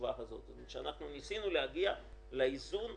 ההחלטה להקצות 190 מיליון שקל הייתה מאוד לא פשוטה לנו.